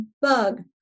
bug